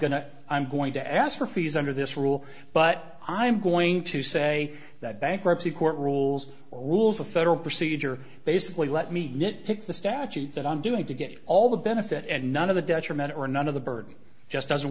to i'm going to ask for fees under this rule but i'm going to say that bankruptcy court rules or rules of federal procedure basically let me pick the statute that i'm doing to get all the benefit and none of the detriment or none of the burden just doesn't